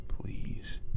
please